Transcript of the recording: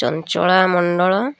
Chanchala Mandal